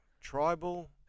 tribal